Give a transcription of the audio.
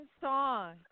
song